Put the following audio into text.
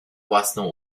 własną